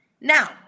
Now